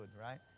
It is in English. Right